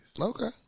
Okay